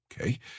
Okay